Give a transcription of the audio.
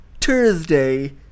Thursday